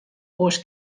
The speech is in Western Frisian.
oars